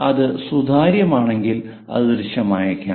അത് സുതാര്യമാണെങ്കിൽ അത് ദൃശ്യമായേക്കാം